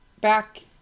back